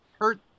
hurt